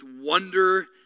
wonder